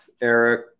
Eric